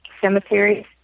cemeteries